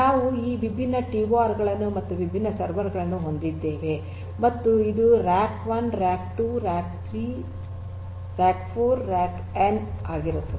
ನಾವು ಈ ವಿಭಿನ್ನ ಟಿಓಆರ್ ಗಳನ್ನು ಮತ್ತು ವಿಭಿನ್ನ ಸರ್ವರ್ ಗಳನ್ನು ಹೊಂದಿದ್ದೇವೆ ಮತ್ತು ಇದು ರ್ಯಾಕ್ 1 ರ್ಯಾಕ್ 2 ರ್ಯಾಕ್ 3 ರ್ಯಾಕ್ 4 ಮತ್ತು ರ್ಯಾಕ್ ಎನ್ ಆಗಿರುತ್ತದೆ